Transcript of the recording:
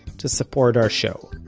to support our show